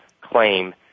claim